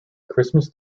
christmas